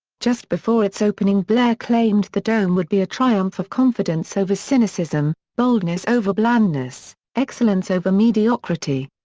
just before its opening blair claimed the dome would be a triumph of confidence over cynicism, boldness over blandness, excellence over mediocrity.